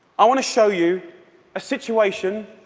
i want to show you a situation